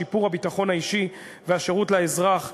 שיפור הביטחון האישי והשירות לאזרח,